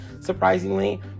surprisingly